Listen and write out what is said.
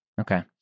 Okay